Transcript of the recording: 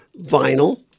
vinyl